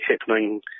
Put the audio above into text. happening